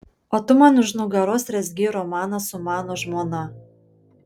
o tu man už nugaros rezgei romaną su mano žmona